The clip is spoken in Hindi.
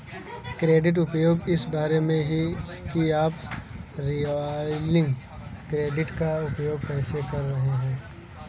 क्रेडिट उपयोग इस बारे में है कि आप रिवॉल्विंग क्रेडिट का उपयोग कैसे कर रहे हैं